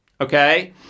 Okay